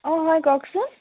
অঁ হয় কওকচোন